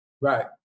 Right